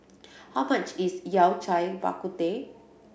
how much is Yao Cai Bak Kut Teh